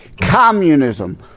Communism